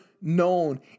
known